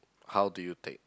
how do you take